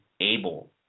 able